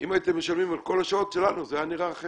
לכן אתם לא עושים טובה אם מדייקים בהגדרה למה ניתנת